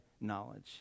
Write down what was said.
knowledge